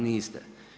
Niste.